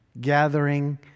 gathering